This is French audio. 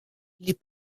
les